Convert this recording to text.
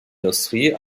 industrie